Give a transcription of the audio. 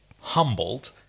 humbled